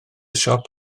siop